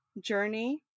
journey